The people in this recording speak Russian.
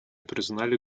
признали